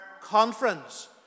conference